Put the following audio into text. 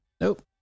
Nope